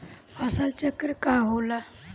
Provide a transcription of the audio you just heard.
फसल चक्र का होला?